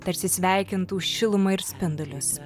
tarsi sveikintų šilumą ir spindulius